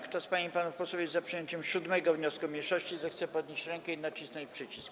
Kto z pań i panów posłów jest za przyjęciem 7. wniosku mniejszości, zechce podnieść rękę i nacisnąć przycisk.